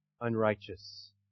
unrighteous